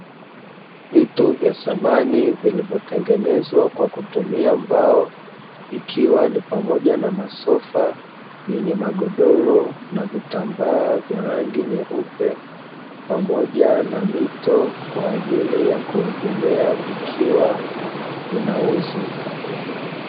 Vito vya samani vilivyo tengenezwa kwa kutumia mbao ikiwa ni pamoja na masofa yenye magodoro na vitambaa vya rangi nyeupe pamoja na mito kwa ajili ya kuegemea vikiwa vinauzwa.